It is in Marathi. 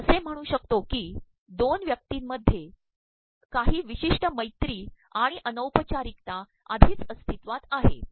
आपण असेम्हणू शकतो की दोन लोकांमध्ये काही प्रवमशष्ि मैरी आणण अनौपचाररकता आधीच अप्स्त्तत्त्वात आहे